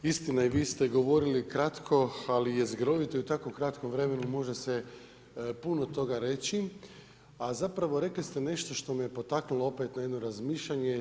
Istina i vi ste govorili kratko ali jezgrovito i u tako kratkom vremenu može se puno toga reći, a zapravo rekli ste nešto što me potaknulo opet na jedno razmišljanje.